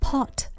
Pot